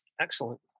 Excellent